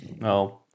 No